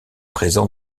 présent